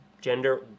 gender